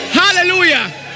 hallelujah